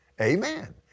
Amen